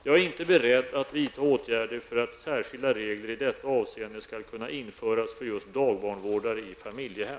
Jag är inte beredd att vidta åtgärder för att särskilda regler i detta avseende skall kunna införas för just dagbarnvårdare i familjehem.